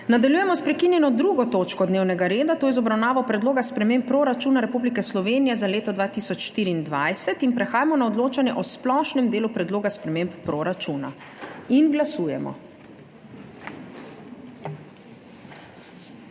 Nadaljujemo s prekinjeno 2. točko dnevnega reda, to je z obravnavo Predloga sprememb proračuna Republike Slovenije za leto 2024. Prehajamo na odločanje o splošnem delu predloga sprememb proračuna. Glasujemo.